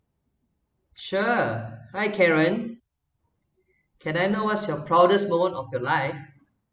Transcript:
sure hi karen can I know what's your proudest moment of your life